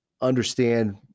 understand